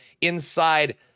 inside